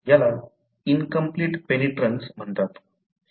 याला incomplete penetrance म्हणतात